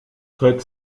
traite